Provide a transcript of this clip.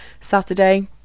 saturday